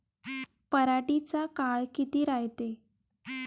पराटीचा काळ किती रायते?